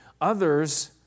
Others